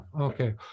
Okay